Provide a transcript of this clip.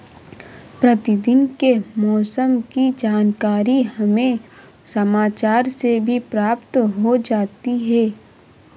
प्रतिदिन के मौसम की जानकारी हमें समाचार से भी प्राप्त हो जाती है